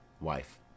Wife